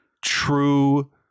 true